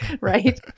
right